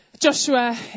Joshua